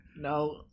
No